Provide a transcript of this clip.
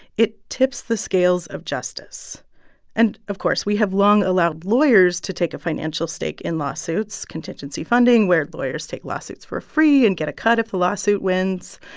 it tips the scales of justice and, of course, we have long allowed lawyers to take a financial stake in lawsuits contingency funding, where lawyers take lawsuits for free and get a cut if the lawsuit wins.